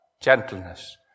gentleness